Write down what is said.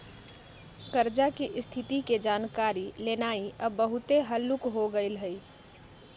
कर्जा की स्थिति के जानकारी लेनाइ अब बहुते हल्लूक हो गेल हइ